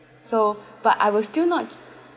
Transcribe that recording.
so but I will still not